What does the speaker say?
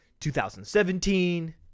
2017